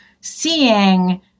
seeing